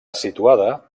situada